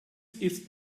ist